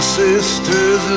sisters